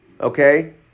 Okay